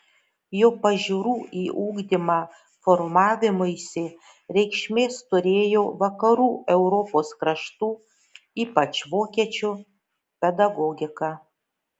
jo pažiūrų į ugdymą formavimuisi reikšmės turėjo vakarų europos kraštų ypač vokiečių pedagogika